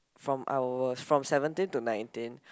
from I was from seventeen to nineteen